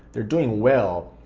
they're doing well,